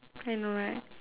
I know right